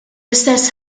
istess